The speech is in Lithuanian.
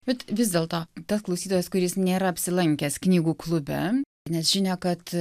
bet vis dėlto tas klausytojas kuris nėra apsilankęs knygų klube nes žinia kad